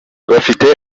bafite